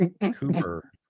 Cooper